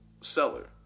seller